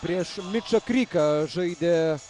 prieš mičą kryką žaidė